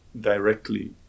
directly